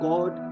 God